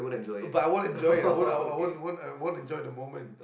but I won't enjoy it I won't won't won't won't enjoy the moment